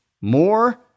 more